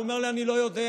והוא אומר לי: אני לא יודע.